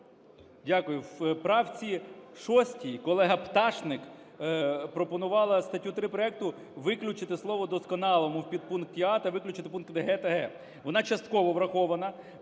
дякую. В правці 6 колега Пташник пропонувала статтю 3 проекту виключити слово "досконалому" в підпункті а) та виключили підпункти г) та ґ). Вона частково врахована,